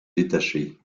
détaché